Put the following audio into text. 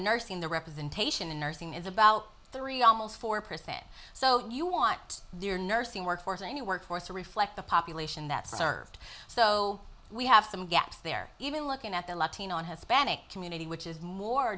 nursing the representation in nursing is about three almost four percent so you want their nursing workforce and the workforce to reflect the population that served so we have some gaps there even looking at the latino and hispanic community which is more